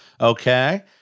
Okay